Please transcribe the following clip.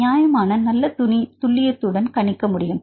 நியாயமான நல்ல துல்லியத்துடன் கணிக்க முடியும்